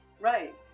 Right